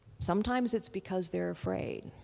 sometimes it's because they're afraid.